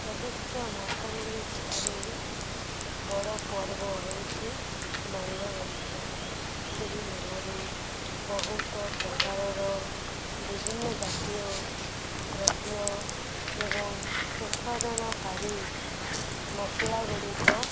ପ୍ରଦୁଷ୍ୟ ମାଲକାନଗିରି ଜିଲ୍ଲାରେ ବଡ଼ ପର୍ବ ହେଉଛି ମାଲ୍ୟବନ୍ତ ସେହି ମେଲାରେ ବହୁତ ପ୍ରକାରର ବିଭିନ୍ନ ଜାତୀୟ ଦ୍ରବ୍ୟ ଏବଂ ଉତ୍ପାଦନକାରୀ ମସଲାଗୁଡ଼ିକ